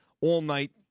all-night